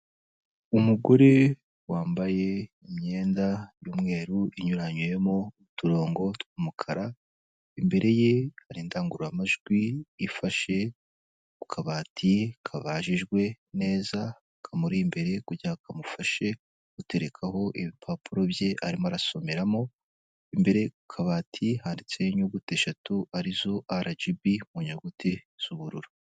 Umugore wambaye imyenda y'umweru inyuranyoyemo uturongo tw'umukara, imbere ye hari indangururamajwi, ifashe ku kabati kabajijwe neza kamuri imbere kugira ngo kamufashe guterekaho ibipapuro bye, arimo arasomeramo, imbere ku kabati haditseho inyuguti eshatu arizo RBG mu nyuguti z'ubururu.